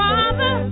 Father